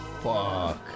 Fuck